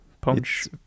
Punch